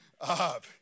up